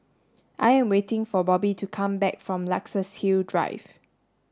I am waiting for Bobby to come back from Luxus Hill Drive